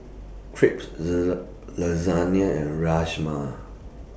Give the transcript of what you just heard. Crepes Lasagna and Rajma